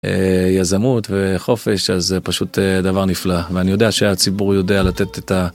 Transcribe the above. יזמות וחופש, אז זה פשוט דבר נפלא, ואני יודע שהציבור יודע לתת את ה...